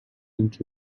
into